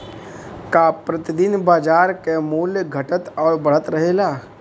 का प्रति दिन बाजार क मूल्य घटत और बढ़त रहेला?